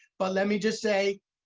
but let me just say,